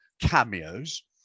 cameos